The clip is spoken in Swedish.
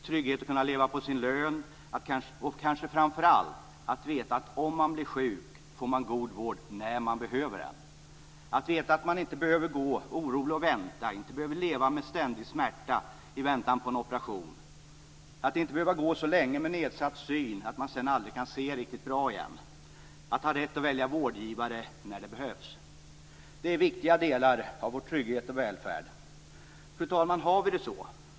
Tryggheten att kunna leva på sin lön och kanske framför allt att veta att om man blir sjuk får man god vård när man behöver sådan samt att veta att man inte behöver gå orolig och vänta och inte behöver vare sig leva med ständig smärta i väntan på en operation eller gå så länge med nedsatt syn att man sedan aldrig kan se riktigt bra igen liksom rätten att välja vårdgivare när det behövs är viktiga delar av vår trygghet och välfärd. Har vi det så?